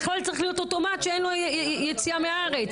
בכלל צריך להיות אוטומט שאין לו יציאה מהארץ.